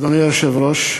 אדוני היושב-ראש,